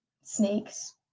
snakes